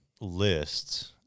lists